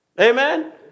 Amen